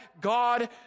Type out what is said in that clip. God